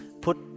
Put